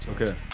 Okay